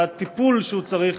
והטיפול שהוא צריך,